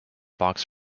box